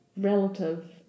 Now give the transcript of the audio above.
relative